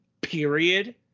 period